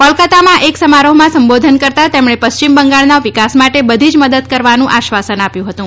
કોલકાતામાં એક સમારોહમાં સંબોધન કરતા તેમણે પશ્ચિમ બંગાળનાં વિકાસ માટે બધી જ મદદ કરવાનું આશ્વાસન આપ્યું હતું